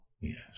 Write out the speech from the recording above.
yes